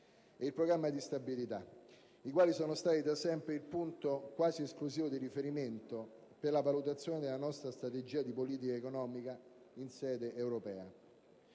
e il Programma di stabilità, i quali sono stati da sempre il punto quasi esclusivo di riferimento per la valutazione della nostra strategia di politica economica in sede europea.